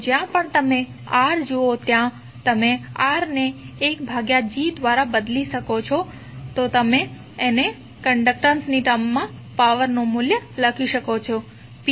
તો જ્યાં પણ તમે R જુઓ છો ત્યાં તમે R ને 1G દ્વારા બદલો તો તમે કન્ડકટન્સ ની ટર્મ્સ માં પાવર નું મૂલ્ય pviv 2Gi 2G મેળવશો